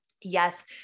Yes